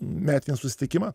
metinį susitikimą